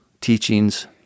teachings